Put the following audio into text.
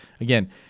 Again